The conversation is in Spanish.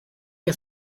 que